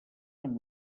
amb